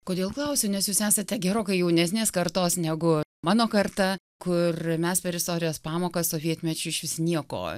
kodėl klausiu nes jūs esate gerokai jaunesnės kartos negu mano karta kur mes per istorijos pamokas sovietmečiu išvis nieko